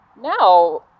now